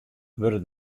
wurde